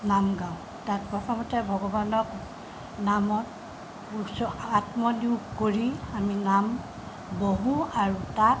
নাম গাওঁ তাত প্ৰথমতে ভগৱানক নামত উচ আত্মনিয়োগ কৰি আমি নাম বহোঁ আৰু তাত